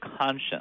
conscience